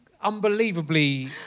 unbelievably